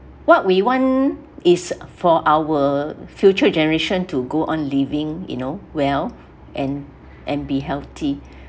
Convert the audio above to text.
what we want is for our future generation to go on living you know well and and be healthy